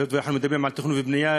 היות שאנחנו מדברים על תכנון ובנייה,